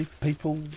People